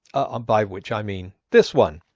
er. by which i mean this one.